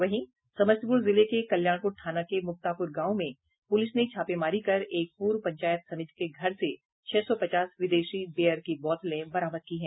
वहीं समस्तीपुर जिले के कल्याणपुर थाना के मुक्तापुर गांव में पुलिस ने छापेमारी कर एक पूर्व पंचायत समिति के घर से छह सौ पचास विदेशी बियर की बोतलें बरामद की हैं